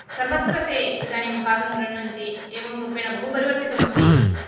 सर्वत्र ते इदानीं भागं गृह्णन्ति एवं रूपेण बहु परिवर्तिमस्ति